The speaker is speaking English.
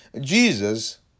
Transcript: Jesus